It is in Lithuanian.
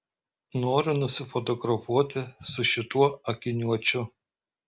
noriu nusifotografuoti su šituo akiniuočiu